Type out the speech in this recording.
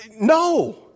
No